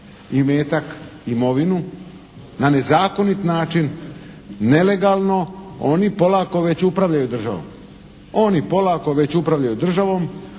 imetak, imovinu, na nezakonit način nelegalno oni polako već upravljaju državom. Oni polako već upravljaju državom.